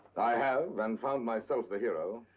i have, and found myself the hero.